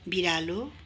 बिरालो